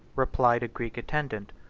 replied a greek attendant,